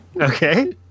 Okay